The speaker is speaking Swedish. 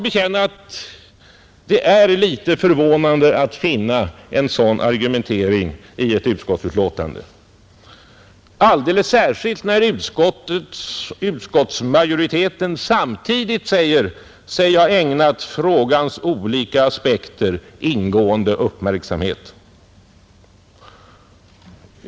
Det är litet förvånande att finna en sådan argumentering i ett utskottsbetänkande, alldeles särskilt när utskottsmajoriteten samtidigt säger sig ha ägnat frågans olika aspekter ingående uppmärksamhet.